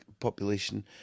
population